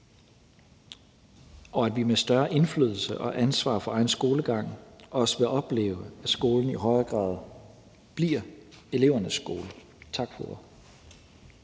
og at vi med større indflydelse og ansvar for egen skolegang også vil opleve, at skolen i højere grad bliver elevernes skole. Tak for